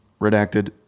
Redacted